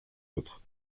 autres